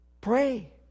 Pray